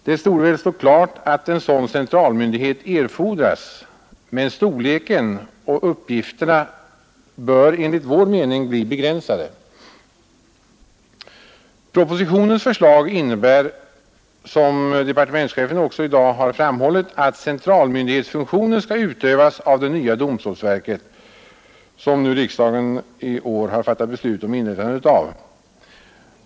Det torde stå klart att en sådan centralmyndighet erfordras, men storleken och uppgifterna bör enligt vår mening bli begränsade. Propositionens förslag innebär — som departementschefen i dag också har framhållit — att centralmyndighetsfunktionen skall utövas av det nya domstolsverket, som ju riksdagen i år har fattat beslut om att inrätta.